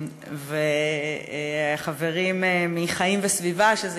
וחברים מ"חיים וסביבה", שזה